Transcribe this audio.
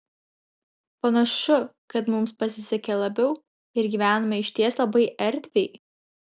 panašu kad mums pasisekė labiau ir gyvename išties labai erdviai